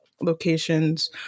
locations